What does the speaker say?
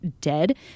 dead